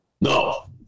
No